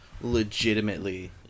legitimately